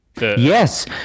Yes